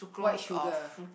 white sugar